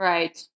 Right